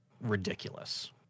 ridiculous